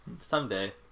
someday